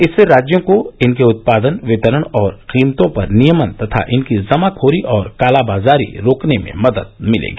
इससे राज्यों को इनके उत्पादन वितरण और कीमतों पर नियमन तथा इनकी जमाखोरी और कालाबाजारी रोकने में मदद मिलेगी